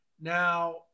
Now